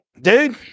dude